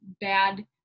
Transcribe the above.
bad